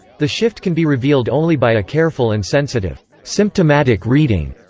the shift can be revealed only by a careful and sensitive symptomatic reading.